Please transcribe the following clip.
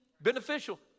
beneficial